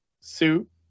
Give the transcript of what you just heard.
suit